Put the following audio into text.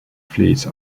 fleets